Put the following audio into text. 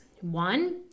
One